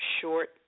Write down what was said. short